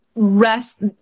rest